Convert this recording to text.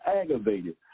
aggravated